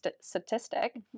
statistic